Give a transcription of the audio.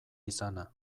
izana